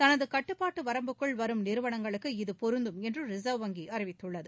தனது கட்டுப்பாட்டு வரம்புக்குள் வரும் நிறுவனங்களுக்கு இது பொருந்தும் என்று ரிசர்வ் வங்கி அறிவித்துள்ளது